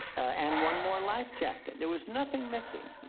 and one more life jacket. there was nothing missing.